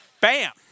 Bam